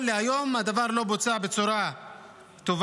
להיום הדבר לא בוצע בצורה טובה.